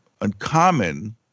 uncommon